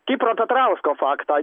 kipro petrausko faktą